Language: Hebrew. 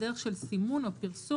בדרך של סימון או פרסום,